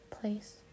place